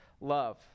love